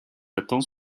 attend